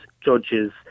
judges